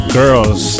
girls